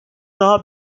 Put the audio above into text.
daha